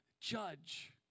judge